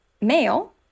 male